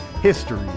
History